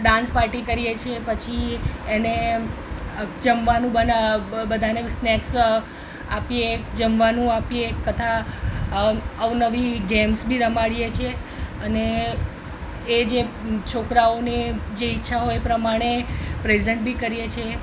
dance party કરીએ છીએ પછી એને જમવાનું બનાવ બધાંને સ્નેક્સ આપીએ જમવાનું આપીએ તથા અવનવી ગેમ્સ બી રમાડીએ છીએ અને એ જે છોકરાઓને જે ઈચ્છા હોય એ પ્રમાણે પ્રેઝન્ટ બી કરીએ છે